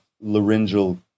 laryngeal